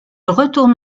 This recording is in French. retourne